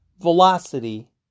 velocity